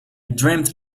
dreamt